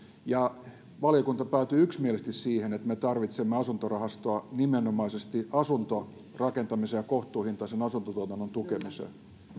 valiokunta päätyi yksimielisesti siihen että me tarvitsemme asuntorahastoa nimenomaisesti asuntorakentamiseen ja kohtuuhintaisen asuntotuotannon tukemiseen